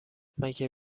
مگه